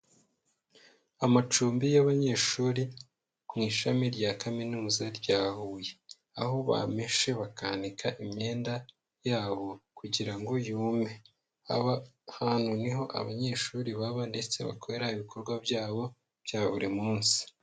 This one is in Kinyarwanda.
Amacumbi y'abanyeshuri mu ishami rya Kaminuza rya Huye, aho bameshe bakanika imyenda yabo kugira ngo yume, aha hantu niho abanyeshuri baba ndetse bakorera ibikorwa byabo bya buri munsi.